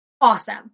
Awesome